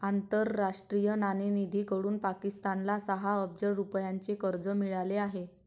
आंतरराष्ट्रीय नाणेनिधीकडून पाकिस्तानला सहा अब्ज रुपयांचे कर्ज मिळाले आहे